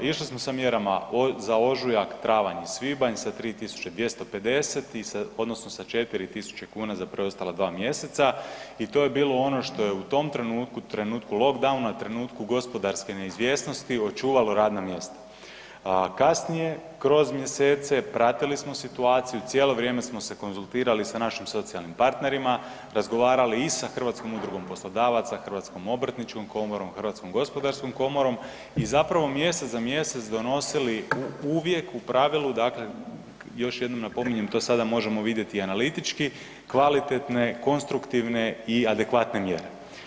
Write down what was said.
Išli smo sa mjerama za ožujak, travanj i svibanj sa 3.250 odnosno sa 4.000 kuna za preostala 2 mjeseca i to je bilo ono što je u tom trenutku lockdowna, trenutku gospodarske neizvjesnosti očuvalo radna mjesta, a kasnije kroz mjesece pratili smo situaciju cijelo vrijeme smo se konzultirali sa našim socijalnim partnerima, razgovarali i sa Hrvatskom udrugom poslodavaca, Hrvatskom obrtničkom komorom, Hrvatskom gospodarskom komorom i zapravo mjesec za mjesec donosili uvijek u pravilu, dakle još jednom napominjem to sada možemo vidjeti i analitički kvalitetne, konstruktivne i adekvatne mjere.